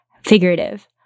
figurative